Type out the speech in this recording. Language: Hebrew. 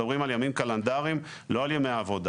אנחנו מדברים על ימים קלנדריים, לא על ימי עבודה.